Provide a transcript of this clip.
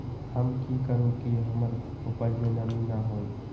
हम की करू की हमर उपज में नमी न होए?